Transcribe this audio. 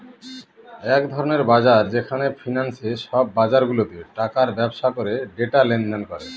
এক ধরনের বাজার যেখানে ফিন্যান্সে সব বাজারগুলাতে টাকার ব্যবসা করে ডেটা লেনদেন করে